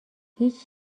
هیچ